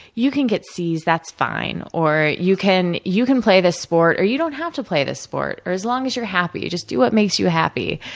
you can get c's, that's fine, or, you can you can play this sport, or you don't have to play this sport. as long as your happy. just do what makes you happy.